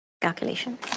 calculation